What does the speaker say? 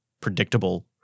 predictable